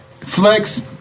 Flex